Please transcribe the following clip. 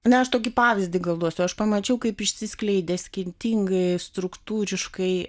na aš tokį pavyzdį gal duosiu aš pamačiau kaip išsiskleidė skirtingai struktūriškai